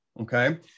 Okay